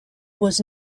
was